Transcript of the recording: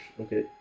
Okay